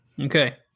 Okay